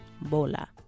bola